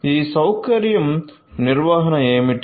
ఈ సౌకర్యం నిర్వహణ ఏమిటి